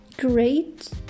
great